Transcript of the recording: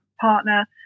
partner